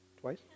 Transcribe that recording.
twice